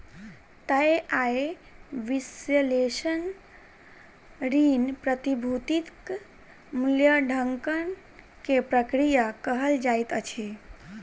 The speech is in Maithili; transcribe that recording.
तय आय विश्लेषण ऋण, प्रतिभूतिक मूल्याङकन के प्रक्रिया कहल जाइत अछि